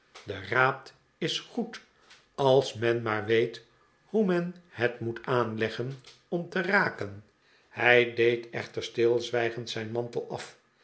de raad is goed als men maar weet hoe men het moet aanleggen ora te raken hij deed echter stilzwijgend zijn mantel af